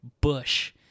Bush